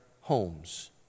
homes